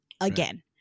again